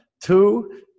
two